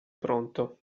pronto